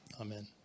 Amen